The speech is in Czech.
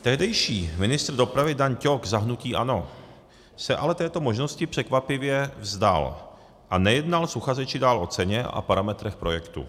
Tehdejší ministr dopravy Dan Ťok za hnutí ANO se ale této možnosti překvapivě vzdal a nejednal s uchazeči dál o ceně a parametrech projektu.